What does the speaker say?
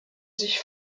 sich